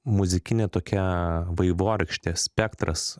muzikinė tokia vaivorykštė spektras